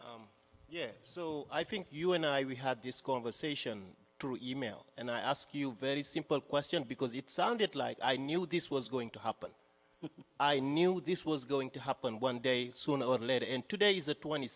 yeah so i think you and i we had this conversation through email and i ask you a very simple question because it sounded like i knew this was going to happen i knew this was going to happen one day soon or late in two days a twenty